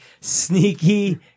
Sneaky